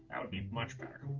would be much better.